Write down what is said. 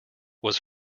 was